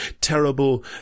terrible